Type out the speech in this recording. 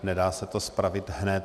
Nedá se to spravit hned.